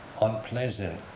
unpleasant